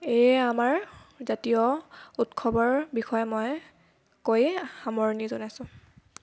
এয়ে আমাৰ জাতীয় উৎসৱৰ বিষয়ে মই কৈ সামৰণি জনাইছোঁ